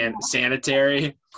sanitary